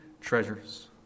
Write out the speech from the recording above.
treasures